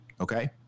Okay